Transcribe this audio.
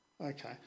Okay